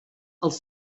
els